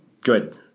Good